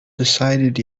decided